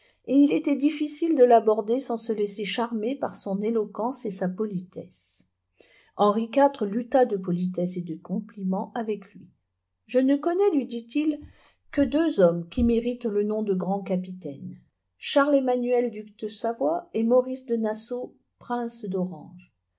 et il était difficile de l'aborder sans se laisser charmer par son éloquence et sa politesse henri iv lutta de politesses et de compliments avec lui je ne connais lui dit-il que deux hommes qui méritent le nom de grands capitaines charles emmanuel duc de savoie et maurice de nassau prince d'orange